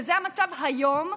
וזה המצב היום,